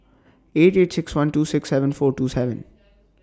eight eight six one two six seven four two seven